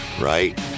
right